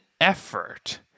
effort